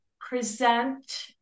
present